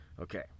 Okay